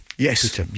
Yes